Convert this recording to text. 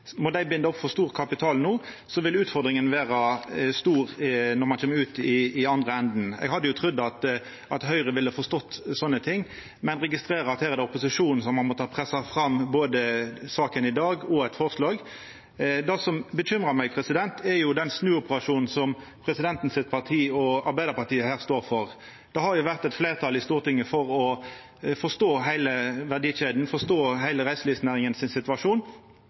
Må dei binda opp for stor kapital no, vil utfordringa vera stor når ein kjem ut i andre enden. Eg hadde trudd at Høgre ville forstått sånne ting, men registrerer at her er det opposisjonen som har måtta pressa fram både saka i dag og eit forslag. Det som bekymrar meg, er den snuoperasjonen presidenten sitt parti og Arbeidarpartiet her står for. Det har vore eit fleirtal i Stortinget for å forstå heile verdikjeda og forstå heile reiselivsnæringa sin situasjon